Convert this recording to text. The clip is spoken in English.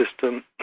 system